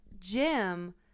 Jim